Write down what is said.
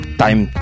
time